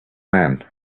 man